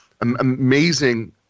amazing